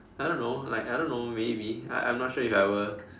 I don't know like I don't know maybe I I'm not sure if I will